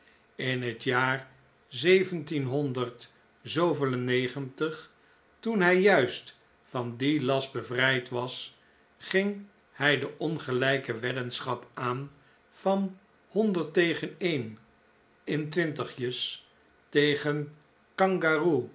in het jaar toen hij juist van dien last bevrijd was ging hij de ongelijke weddenschap aan van tegen een twintig tegen